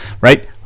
right